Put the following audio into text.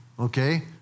Okay